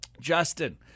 Justin